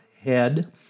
head